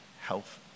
health